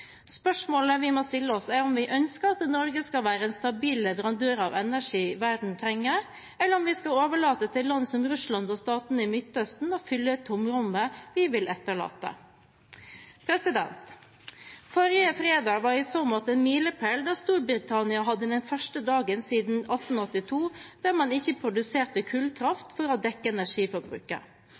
Spørsmålet vi må stille oss, er om vi ønsker at Norge skal være en stabil leverandør av energi verden trenger, eller om vi skal overlate til land som Russland og statene i Midtøsten å fylle tomrommet vi vil etterlate. Forrige fredag var i så måte en milepæl, da Storbritannia hadde den første dagen siden 1882 da man ikke produserte kullkraft for å dekke energiforbruket.